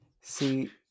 See